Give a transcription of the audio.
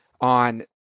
on